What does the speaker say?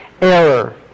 error